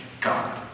God